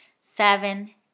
seven